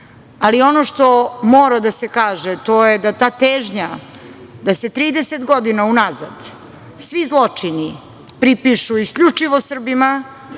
sebi. Ono što mora da se kaže, to je da ta težnja da se 30 godina unazad svi zločini pripišu isključivo Srbima